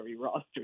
roster